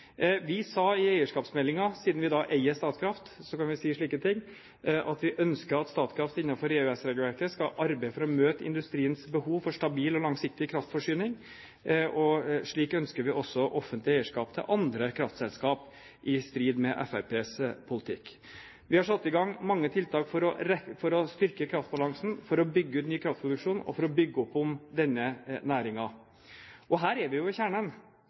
Vi sa i eierskapsmeldingen – siden vi eier Statkraft, kan vi si slike ting: «Statkraft skal innenfor EØS-regelverket arbeide for å møte industriens behov for stabil og langsiktig kraftforsyning.» Slik ønsker vi også offentlig eierskap i andre kraftselskap, i strid med Fremskrittspartiets politikk. Vi har satt i gang mange tiltak for å styrke kraftbalansen, for å bygge ut ny kraftproduksjon og for å bygge opp om denne næringen. Her er vi jo ved kjernen.